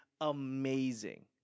amazing